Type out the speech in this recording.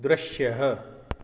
दृश्यः